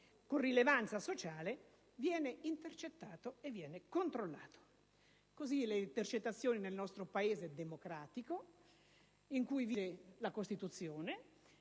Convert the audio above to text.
con rilevanza sociale viene intercettato e viene controllato. Così le intercettazioni, nel nostro Paese democratico, in cui vige la Costituzione,